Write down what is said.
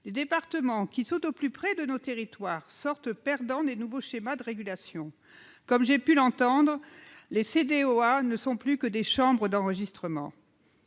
Les départements, qui sont au plus près de nos territoires, sortent perdants des nouveaux schémas de régulation. Comme j'ai pu l'entendre, les CDOA ne sont plus que des chambres d'enregistrement